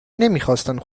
نمیخواستند